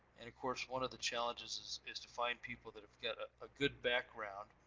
and of course, one of the challenges is to find people that have got a ah good background,